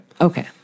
Okay